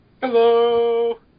Hello